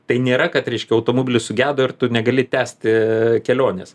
tai nėra kad reiškia automobilis sugedo ir tu negali tęsti kelionės